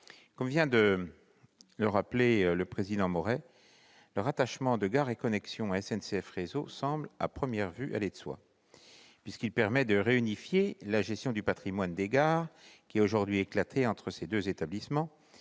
Comme vient de le rappeler M. le président de la commission, le rattachement de Gares & Connexions à SNCF Réseau semble à première vue aller de soi, puisqu'il permettrait de réunifier la gestion du patrimoine des gares, qui est aujourd'hui éclatée entre ces deux établissements,